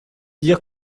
dire